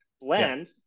blend